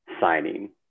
signing